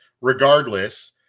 regardless